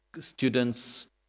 students